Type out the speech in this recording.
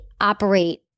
operate